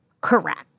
Correct